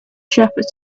shepherd